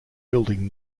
building